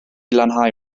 lanhau